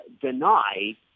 deny